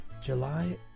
july